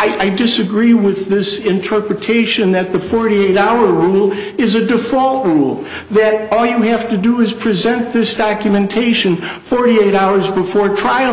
i disagree with this interpretation that the forty eight hour rule is a default rule that all you have to do is present this documentation forty eight hours before trial